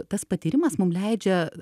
tas patyrimas mum leidžia